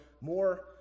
more